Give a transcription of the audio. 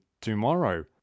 tomorrow